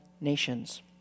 nations